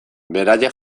beraiek